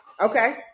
Okay